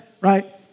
right